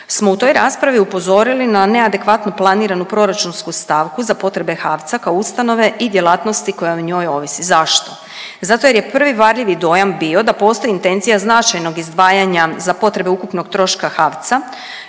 smo u toj raspravi upozorili na neadekvatno planiranu proračunsku stavku za potrebe HAVC-a kao ustanove i djelatnosti koja o njoj ovisi. Zašto? Zato jer je prvi varljivi dojam bio da postoji intencija značajnog izdvajanja za potrebe ukupnog troška HAVC-a